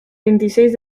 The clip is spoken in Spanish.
veintiséis